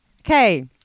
okay